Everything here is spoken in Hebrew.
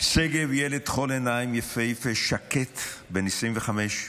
שגב ילד תכול עיניים, יפהפה, שקט, בן 25,